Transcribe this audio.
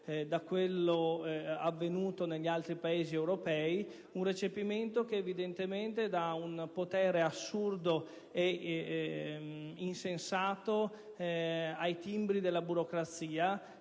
a quanto avvenuto negli altri Paesi europei, delle norme comunitarie, che evidentemente dà un potere assurdo e insensato ai timbri della burocrazia,